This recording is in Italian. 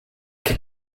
che